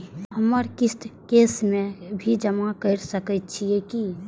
हमर किस्त कैश में भी जमा कैर सकै छीयै की?